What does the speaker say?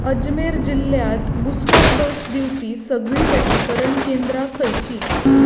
अजमेर जिल्ल्यांत booster dose दिवपी सगळीं लसीकरण केंद्रां खंयचीं